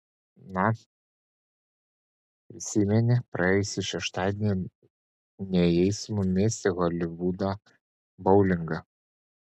na prisimeni praėjusį šeštadienį nėjai su mumis į holivudo boulingą